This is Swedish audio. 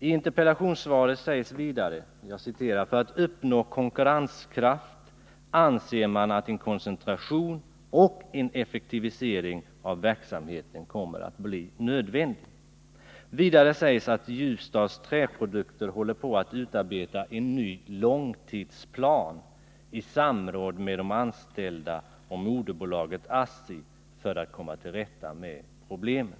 IT interpellationssvaret sägs: ”För att uppnå konkurrenskraft anser man att en koncentration och en effektivisering av verksamheten kommer att bli nödvändig.” Vidare sägs att Ljusdals Träprodukter håller på att utarbeta en ny långtidsplan i samråd med de anställda och moderbolaget ASSI för att komma till rätta med problemen.